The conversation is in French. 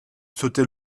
sauter